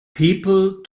people